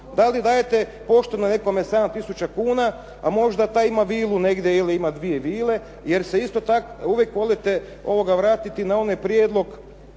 da li dajete pošteno nekome 7 tisuća kuna a možda taj ima vilu negdje ili ima dvije vile jer se uvijek volite vratiti na onaj prijedlog